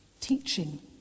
teaching